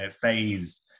phase